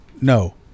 No